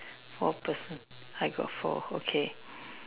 four person I got four okay